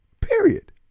Period